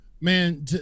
man